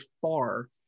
far